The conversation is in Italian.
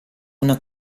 una